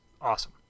awesome